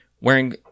wearing